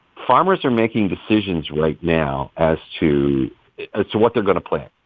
farmers are making decisions right now as to ah to what they're going to plant.